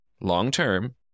long-term